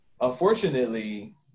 unfortunately